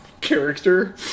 character